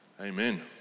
Amen